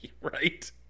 Right